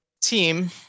team